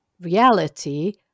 reality